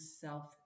self